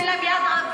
הם רוצים את